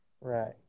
Right